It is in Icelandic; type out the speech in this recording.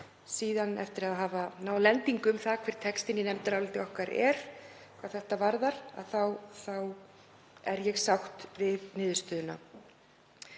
og eftir að hafa náð lendingu um það hvernig textinn í nefndaráliti okkar er hvað þetta varðar þá er ég sátt við niðurstöðuna.